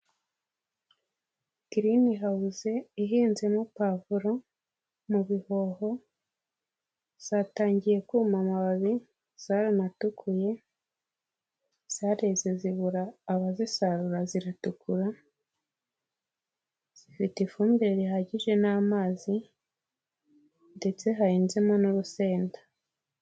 Girini hawuze ihinzemo pavuro mu bihoho. atangiye kuma amababi zaranatukuye zareze zibura abazisarura. Ziratukura zifite ifumbire ihagije n'amazi ndetse hahinzemo n'urusenda.